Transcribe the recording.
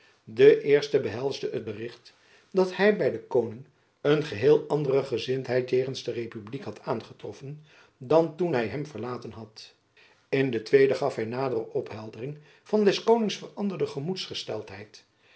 de eerste behelsde het bericht dat hy by den koning een geheel andere gezindheid jegens de republiek had aangetroffen dan toen hy hem verlaten had in den tweeden gaf hy nadere opheldering van des konings veranderde